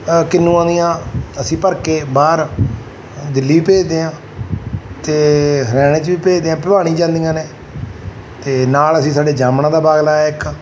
ਕਿੰਨੂਆਂ ਦੀਆਂ ਅਸੀਂ ਭਰ ਕੇ ਬਾਹਰ ਦਿੱਲੀ ਵੀ ਭੇਜਦੇ ਹਾਂ ਅਤੇ ਹਰਿਆਣੇ 'ਚ ਵੀ ਭੇਜਦੇ ਹਾਂ ਭਲਵਾਣੀ ਜਾਂਦੀਆਂ ਨੇ ਅਤੇ ਨਾਲ ਅਸੀਂ ਸਾਡੇ ਜਾਮਣਾਂ ਦਾ ਬਾਗ ਲਾਇਆ ਇੱਕ